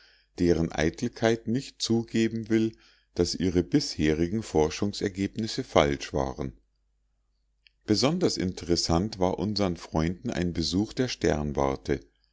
deren eitelkeit nicht zugeben will daß ihre bisherigen forschungsergebnisse falsch waren besonders interessant war unsern freunden ein besuch der sternwarte